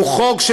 הוא חוק,